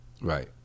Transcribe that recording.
Right